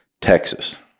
Texas